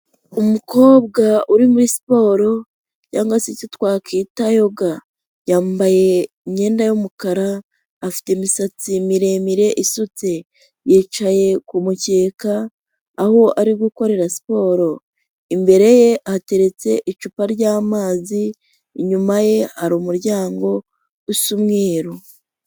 Umukobwa uri muri siporo cyangwa se icyo twakwita yoga, yambaye imyenda y'umukara afite imisatsi miremire isutse, yicaye ku mukeka aho ari gukorera siporo, imbere ye hateretse icupa ry'amazi, inyuma ye hari umuryango usa umweru.